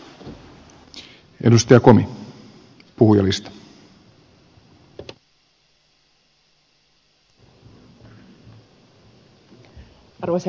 arvoisa herra puhemies